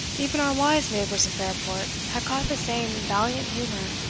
even our wise neighbours of fairport have caught the same valiant humour.